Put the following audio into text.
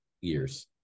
years